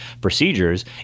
procedures